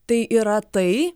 tai yra tai